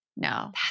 No